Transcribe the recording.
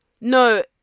no